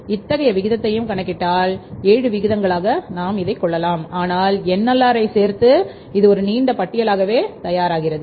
தற்போதைய விகிதத்தையும் கணக்கிட்டால் ஏழாக கொள்ளலாம் ஆனால் என்எல்ஆர் சேர்த்து அது ஒரு நீண்ட பட்டியலே தயாராகிறது